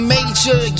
Major